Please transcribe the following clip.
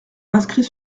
inscrit